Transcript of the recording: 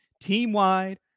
team-wide